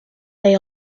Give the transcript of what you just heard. they